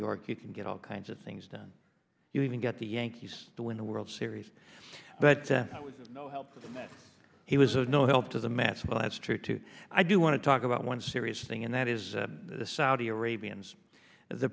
york you can get all kinds of things done you even get the yankees to win the world series but no help he was of no help to the mets well that's true too i do want to talk about one serious thing and that is the saudi arabians the